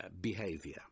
behavior